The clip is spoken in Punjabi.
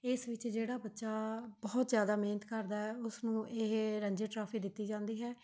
ਇਸ ਵਿੱਚ ਜਿਹੜਾ ਬੱਚਾ ਬਹੁਤ ਜ਼ਿਆਦਾ ਮਿਹਨਤ ਕਰਦਾ ਉਸਨੂੰ ਇਹ ਰਣਜੀ ਟਰੋਫੀ ਦਿੱਤੀ ਜਾਂਦੀ ਹੈ